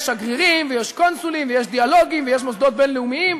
יש שגרירים ויש קונסולים ויש דיאלוגים ויש מוסדות בין-לאומיים.